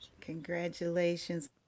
Congratulations